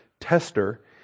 tester